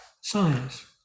science